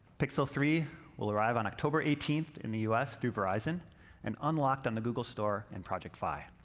pixel three will arrive on october eighteenth in the us through verizon and unlocked on the google store and project fi.